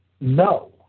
no